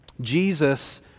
Jesus